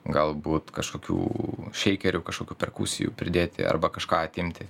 galbūt kažkokių šeikerių kažkokių perkusijų pridėti arba kažką atimti